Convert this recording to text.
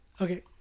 Okay